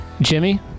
Jimmy